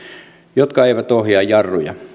jotka eivät ohjaa jarruja